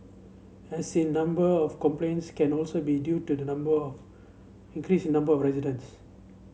as in number of complaints can also be due to the number of increase the number of residents